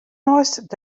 neist